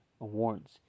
Awards